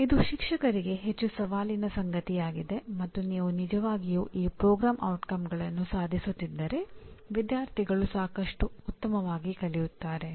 ಇದು ಶಿಕ್ಷಕರಿಗೆ ಹೆಚ್ಚು ಸವಾಲಿನ ಸಂಗತಿಯಾಗಿದೆ ಮತ್ತು ನೀವು ನಿಜವಾಗಿಯೂ ಈ ಕಾರ್ಯಕ್ರಮದ ಪರಿಣಾಮಗಳನ್ನು ಸಾಧಿಸುತ್ತಿದ್ದರೆ ವಿದ್ಯಾರ್ಥಿಗಳು ಸಾಕಷ್ಟು ಉತ್ತಮವಾಗಿ ಕಲಿಯುತ್ತಾರೆ